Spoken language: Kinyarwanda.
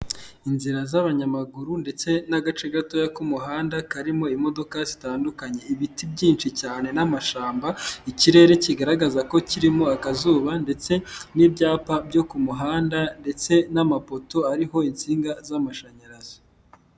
Inzira z'abanyamaguru ndetse n'agace gatoya k'umuhanda karimo imodoka zitandukanye. Ibiti byinshi cyane n'amashyamba, ikirere kigaragaza ko kirimo akazuba ndetse n'ibyapa byo ku muhanda ndetse n'amapoto ariho insinga z'amashanyarazi.